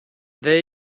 there